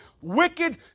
wicked